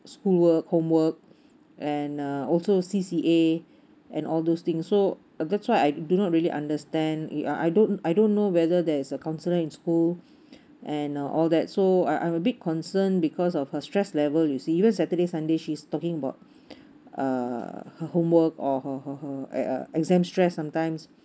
schoolwork homework and uh also C_C_A and all those things so that's why I do not really understand it uh I don't I don't know whether there's a counselor in school and all that so I'm a bit concern because of her stress level you see because saturday sunday she's talking about uh her homework or her her uh exam stress sometimes